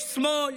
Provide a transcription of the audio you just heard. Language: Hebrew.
יש שמאל,